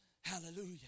Hallelujah